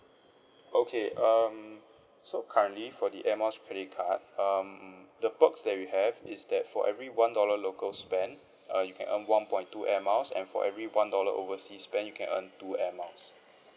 okay um so currently for the Air Miles credit card um the perks that we have is that for every one dollar local spend uh you can earn one point two Air Miles and for every one dollar oversea spend you can earn two Air Miles